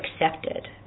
accepted